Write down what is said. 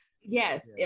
yes